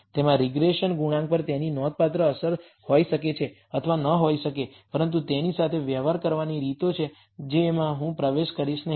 તેમાં રીગ્રેસન ગુણાંક પર તેની નોંધપાત્ર અસર હોઈ શકે છે અથવા ન હોઈ શકે પરંતુ તેની સાથે વ્યવહાર કરવાની રીતો છે જેમાં હું પ્રવેશ કરીશ નહીં